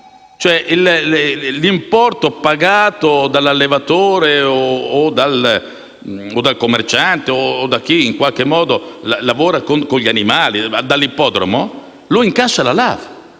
LAV. L'importo pagato dall'allevatore o dal commerciante o da chi in qualche modo lavora con gli animali (ad esempio un ippodromo), lo incassa la LAV.